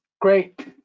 Great